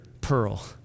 pearl